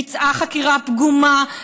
ביצעה חקירה פגומה,